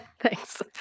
Thanks